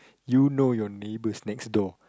you know your neighbors next door